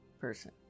Person